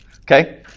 Okay